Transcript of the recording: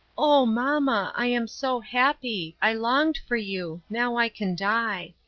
oh, mamma, i am so happy i longed for you now i can die.